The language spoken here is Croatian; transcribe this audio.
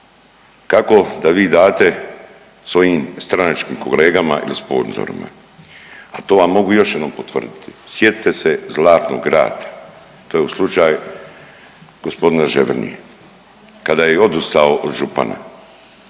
kako da vi date svojim stranačkim kolegama ili sponzorima, a to vam mogu još jednom potvrditi. Sjetite se Zlatnog rata, to je u slučaj gospodina Ževrnje kada je odustao od župana.